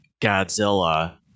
Godzilla